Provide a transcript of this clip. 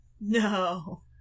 No